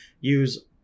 use